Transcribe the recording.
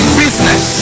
business